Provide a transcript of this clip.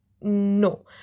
no